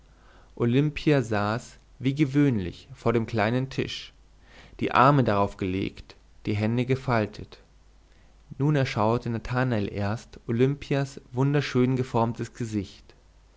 olimpia saß wie gewöhnlich vor dem kleinen tisch die arme darauf gelegt die hände gefaltet nun erschaute nathanael erst olimpias wunderschön geformtes gesicht